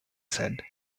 said